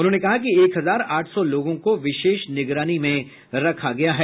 उन्होंने कहा कि एक हजार आठ सौ लोगों को विशेष निगरानी में रखा गया है